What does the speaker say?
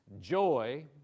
joy